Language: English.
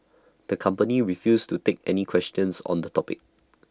the company refused to take any questions on the topic